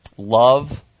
love